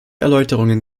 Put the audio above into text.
erläuterungen